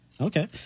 Okay